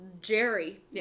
Jerry